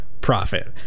profit